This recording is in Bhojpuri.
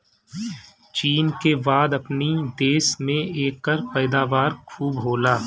चीन के बाद अपनी देश में एकर पैदावार खूब होला